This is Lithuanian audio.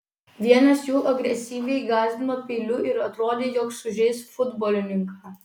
vienas jų agresyviai gąsdino peiliu ir atrodė jog sužeis futbolininką